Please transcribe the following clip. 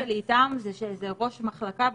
שמדובר בראש מחלקה.